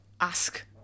ask